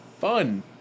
Fun